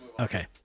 Okay